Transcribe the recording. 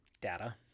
data